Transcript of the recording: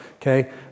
Okay